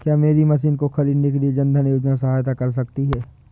क्या मेरी मशीन को ख़रीदने के लिए जन धन योजना सहायता कर सकती है?